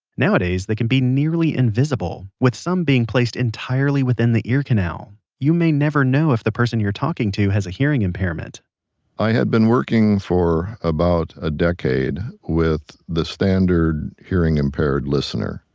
nowadays, they can even be nearly invisible, with some being placed entirely within the ear canal. you may never know if the person you're talking to has a hearing impairment i had been working for about a decade with the standard hearing impaired listener.